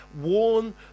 warn